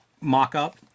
mock-up